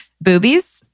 boobies